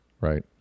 right